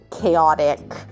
chaotic